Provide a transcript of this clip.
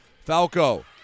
Falco